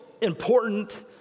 important